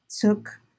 took